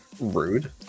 Rude